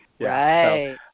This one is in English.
Right